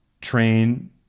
train